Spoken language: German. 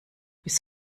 bis